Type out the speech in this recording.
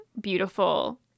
beautiful